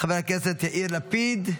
חבר הכנסת יאיר לפיד,